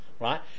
right